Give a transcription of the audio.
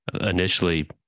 initially